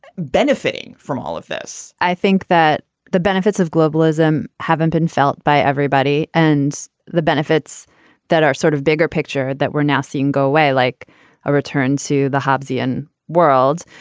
benefiting from all of this i think that the benefits of globalism haven't been felt by everybody and the benefits that are sort of bigger picture that we're now seeing go away like a return to the hobbesian worlds.